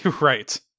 Right